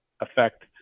affect